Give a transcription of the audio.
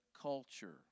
culture